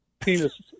penis